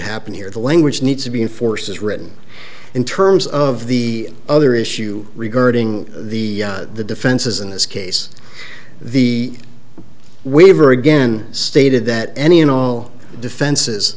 happened here the language needs to be enforced as written in terms of the other issue regarding the the defenses in this case the waiver again stated that any and all